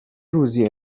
روزی